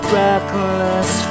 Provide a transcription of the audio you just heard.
reckless